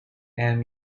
and